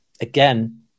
Again